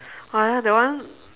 uh ya that one